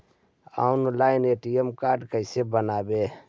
Online ATM card कैसे बनाबौ?